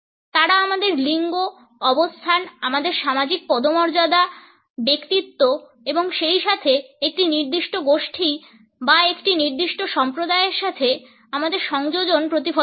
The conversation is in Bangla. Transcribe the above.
তারা আমাদের লিঙ্গ অবস্থান আমাদের সামাজিক পদমর্যাদা ব্যক্তিত্ব এবং সেইসাথে একটি নির্দিষ্ট গোষ্ঠী বা একটি নির্দিষ্ট সম্প্রদায়ের সাথে আমাদের সংযোজন প্রতিফলন করে